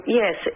yes